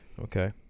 Okay